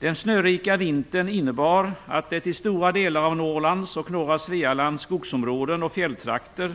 Den snörika vintern innebar att det i stora delar av Norrlands och norra Svealands skogsområden och fjälltrakter